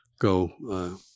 go –